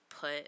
put